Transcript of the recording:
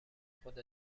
خود